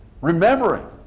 Remembering